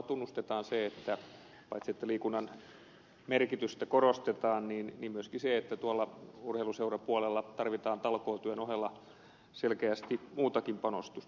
sillä ehkä paitsi liikunnan merkitystä korostetaan niin samalla myöskin tunnustetaan se että tuolla urheiluseurapuolella tarvitaan talkootyön ohella selkeästi muutakin panostusta